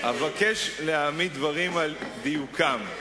אבקש להעמיד דברים על דיוקם.